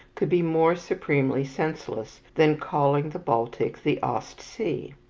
could be more supremely senseless than calling the baltic the ostsee?